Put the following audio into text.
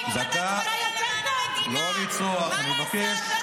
לא לצרוח, אני מבקש, אדוני היושב-ראש.